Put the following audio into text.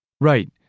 Right